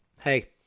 hey